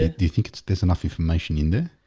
ah do you think it's there's enough information in there